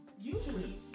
usually